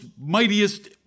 mightiest